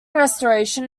restoration